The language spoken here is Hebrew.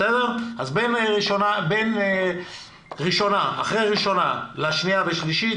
אז בין קריאה ראשונה לבין קריאה שנייה ושלישית